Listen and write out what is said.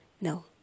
No